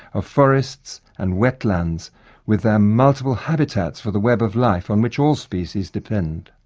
of forests and wetlands with their multiple habitats for the web of life on which all species depend.